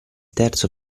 terzo